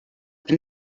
been